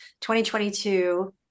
2022